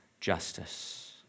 justice